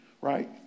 right